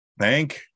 Thank